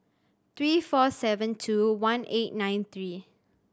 three four seven two one eight nine three